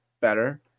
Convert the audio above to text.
better